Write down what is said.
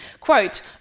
Quote